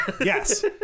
yes